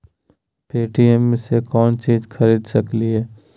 Paytm से कौनो चीज खरीद सकी लिय?